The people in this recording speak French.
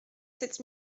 sept